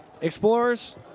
Explorers